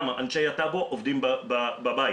גם אנשי הטאבו עובדים מהבית.